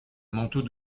manteau